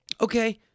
okay